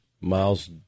Miles